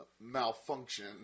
malfunction